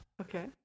okay